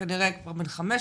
הוא כנראה כבר בן 15,